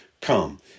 come